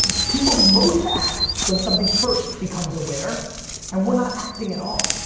people most act when something first becomes aware and we're not acting at all.